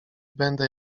będę